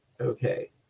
Okay